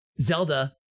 Zelda